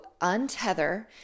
untether